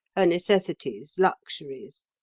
her necessities, luxuries.